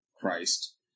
Christ